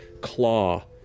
claw